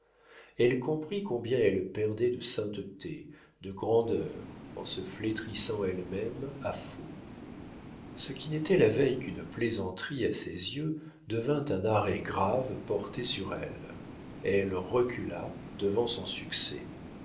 elle comprit combien elle perdait de sainteté de grandeur en se flétrissant elle-même à faux ce qui n'était la veille qu'une plaisanterie à ses yeux devint un arrêt grave porté sur elle elle recula devant son succès